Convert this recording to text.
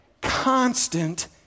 Constant